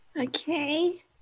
okay